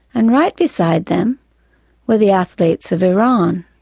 and right beside them were the athletes of iran.